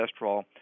cholesterol